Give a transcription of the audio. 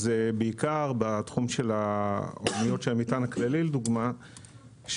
אז בעיקר בתחום של אניות המטען הכללי לדוגמה,